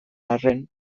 arren